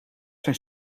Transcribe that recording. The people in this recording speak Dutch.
zijn